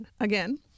Again